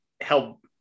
help